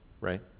right